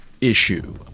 issue